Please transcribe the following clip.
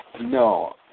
No